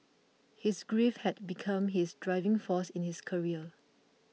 his grief had become his driving force in his career